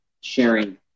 sharing